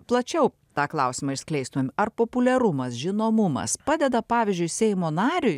plačiau tą klausimą išskleistumėm ar populiarumas žinomumas padeda pavyzdžiui seimo nariui